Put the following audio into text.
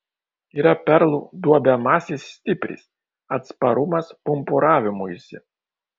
yra perlų duobiamasis stipris atsparumas pumpuravimuisi